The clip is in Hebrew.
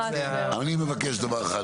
אני מבקש דבר אחד,